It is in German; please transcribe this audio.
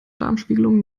darmspiegelung